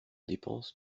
dépenses